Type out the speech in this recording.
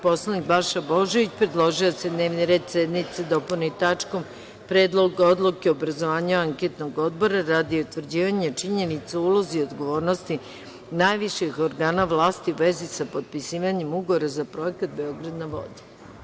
Poslanik Balša Božović predložio je da se dnevni red sednice dopuni tačkom – Predlog odluke o obrazovanju anketnog odbora radi utvrđivanja činjenica o ulozi i odgovornosti najviših organa vlasti u vezi sa potpisivanjem Ugovora za projekat „Beograd na vodi“